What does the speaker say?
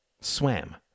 swam